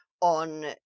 on